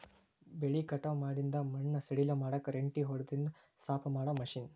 ಬೆಳಿ ಕಟಾವ ಮಾಡಿಂದ ಮಣ್ಣ ಸಡಿಲ ಮಾಡಾಕ ರೆಂಟಿ ಹೊಡದಿಂದ ಸಾಪ ಮಾಡು ಮಿಷನ್